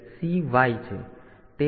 તેથી તે ah છે